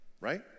Right